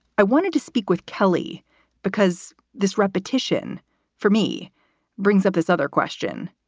i wanted to speak with kelly because this repetition for me brings up this other question.